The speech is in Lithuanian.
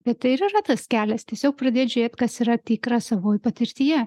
bet tai ir yra tas kelias tiesiog pradėt žiūrėt kas yra tikra savoj patirtyje